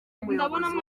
umuyobozi